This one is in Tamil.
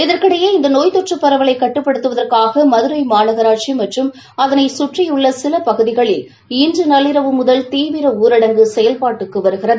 இதற்கிடையே இந்த நோய் தொற்று பரவலை கட்டுப்படுத்துவதற்காக மதுரை மாநகராட்சி மற்றம் அதனை சுற்றியுள்ள சில பகுதிகளில் இன்று நள்ளிரவு முதல் தீவிர ஊரடங்கு செயல்பாட்டுக்கு வருகிறது